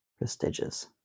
Prestigious